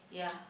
yeah